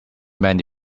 many